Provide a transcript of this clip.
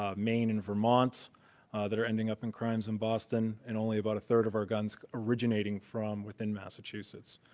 ah maine, and vermont that are ending up in crimes in boston and only about a third of our guns originating from within massachusetts.